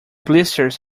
blisters